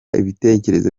ibitekerezo